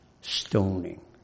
stoning